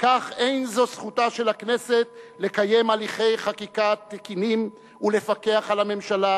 כך אין זו זכותה של הכנסת לקיים הליכי חקיקה תקינים ולפקח על הממשלה,